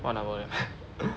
one hour 了